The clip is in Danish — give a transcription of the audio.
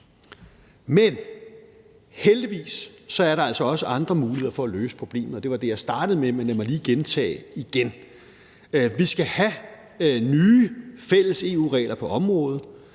Men heldigvis er der altså også andre muligheder for at løse problemet. Det var det, jeg startede med, men lad mig lige gentage: Vi skal have nye fælles EU-regler på området.